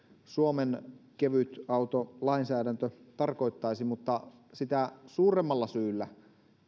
suomen kevytautolainsäädäntö tarkoittaisi mutta sitä suuremmalla syyllä